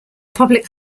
public